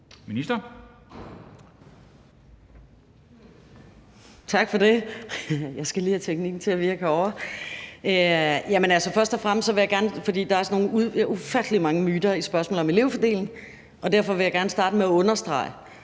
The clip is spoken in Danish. Tak for det. Jeg skal lige have teknikken til at virke herovre. Jamen altså, fordi der er sådan ufattelig mange myter i spørgsmålet om elevfordeling, vil jeg gerne starte med at understrege,